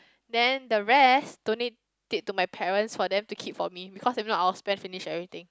then the rest donate it to my parents for them to keep for me because if not I will spend finish everything